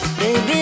Baby